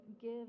give